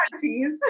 cheese